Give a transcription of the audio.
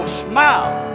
smile